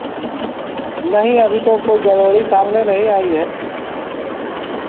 नहीं अभी तो कोई गड़बड़ी सामने नहीं आई है